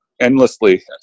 endlessly